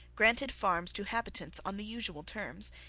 granted farms to habitants on the usual terms,